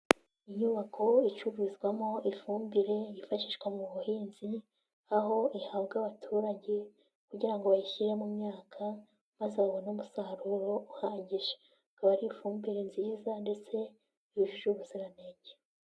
Inyubako icururizwamo ifumbire yifashishwa mu buhinzi, aho ihabwa abaturage kugira ngo bayishyire mu myaka maze babone umusaruro uhagije, ikaba ari ifumbire nziza ndetse yujuje ubuziranenge.